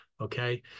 Okay